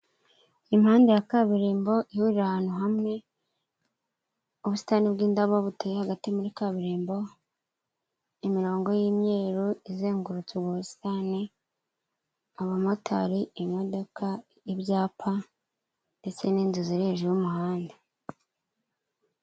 Impande ya kaburimbo, ihurira ahantu hamwe, ubusitani bw'indabo buteye hagati muri kaburimbo, imirongo y'imyero izengurutse ubusitani, abamotari imodoka y'ibyapa, ndetse n'inzu ziri hejuru y'umuhanda.